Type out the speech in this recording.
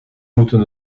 moeten